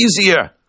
easier